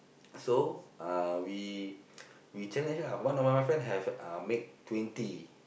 so uh we we challenge lah one of my friend have uh make twenty